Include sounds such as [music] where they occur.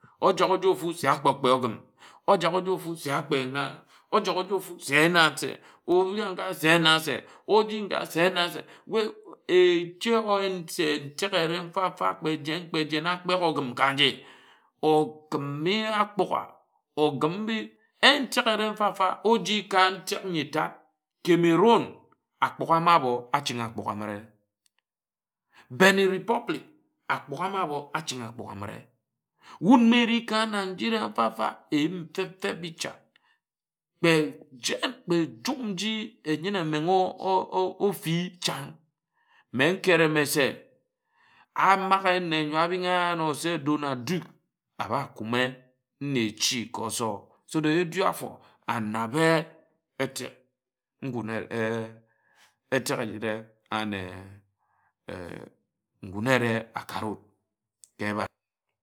Ojak ofu se akpó kpe ogim ojak ojor ofu se akpē na ojak ojor ofu se na se óbi-a-nga se na se oji ngá se na se echi omo yen se ntek areh fa-mfa kpe jen kpe jen akpek ogim ka nje ogim mi ye ágbugha ogim mbi en ntek areh mfa-mfa oji ka ntek n̄yi tád cameroon ágbugha ma abho achin agbugha amire. Benin republic ágbugha ma abho achin̄ ágbughe ma amire wud ma eri ka nigeria mfa-mfa eyim feb feb bi cha kpe jid kpe ejum nji enyine omen̄ ofi chan mme nkere mme se amaghe nne nyo abin-a-ano ye se Donald Duke abha kume nne echi ka ōsor so that edū áfor anabe etek ngun etek [hesitation] etek ejire. Ane ngūn ereh akare wud ka ebād.